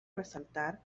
resaltar